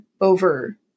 over